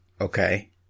okay